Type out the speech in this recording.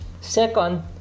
second